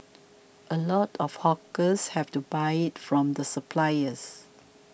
a lot of hawkers have to buy it from the suppliers